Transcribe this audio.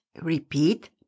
Repeat